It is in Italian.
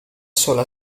sola